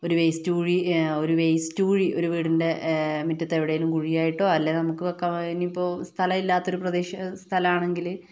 ഒരു വേസ്റ്റ് കുഴി ഒരു വേസ്റ്റ് കുഴി ഒരു വീടിൻ്റെ മിറ്റത്തെവിടേലും കുഴിയായിട്ടോ അല്ലെ നമുക്ക് വെക്കാം ഇനി ഇപ്പൊൾ സ്ഥലമില്ലാത്ത ഒരു പ്രദേശ സ്ഥലാണെങ്കില്